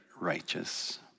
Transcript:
righteous